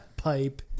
Pipe